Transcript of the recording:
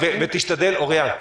אוריין,